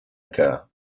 occur